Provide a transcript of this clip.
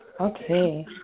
Okay